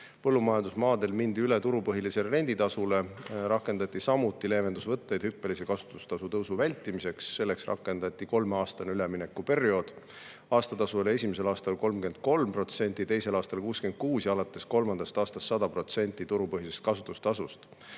juba ammu üle mindud – turupõhisele renditasule, siis rakendati samuti leevendusvõtteid hüppelise kasutustasu tõusu vältimiseks. Selleks rakendati kolmeaastast üleminekuperioodi: aastatasu esimesel aastal oli 33%, teisel aastal 66% ja alates kolmandast aastast 100% turupõhisest kasutustasust.